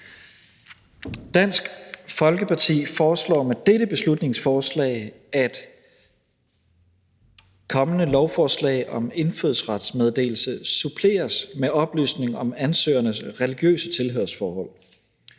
Dansk Folkeparti foreslår med dette beslutningsforslag, at kommende lovforslag om indfødsretsmeddelelse suppleres med oplysning om ansøgernes religiøse tilhørsforhold.